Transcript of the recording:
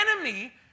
enemy